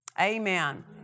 Amen